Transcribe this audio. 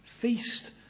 feast